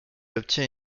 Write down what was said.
obtient